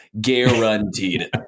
Guaranteed